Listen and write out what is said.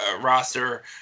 roster